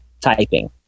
typing